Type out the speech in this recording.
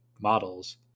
models